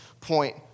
point